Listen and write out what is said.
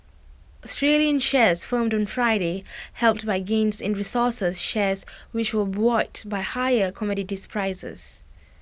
Australian shares firmed on Friday helped by gains in resources shares which were buoyed by higher commodities prices